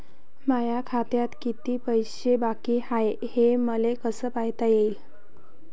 माया खात्यात किती पैसे बाकी हाय, हे मले कस पायता येईन?